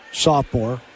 sophomore